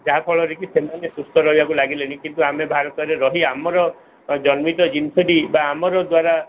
ଯାହା ଫଳରେ ସେମାନେ ସୁସ୍ଥ ରହିବାକୁ ଲାଗିଲେଣି କିନ୍ତୁ ଆମେ ଭାରତରେ ରହି ଆମର ଜନ୍ମିତ ଜିନିଷଟି ବା ଆମର ଦ୍ୱାରା